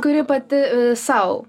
kuri pati e sau